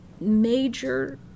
major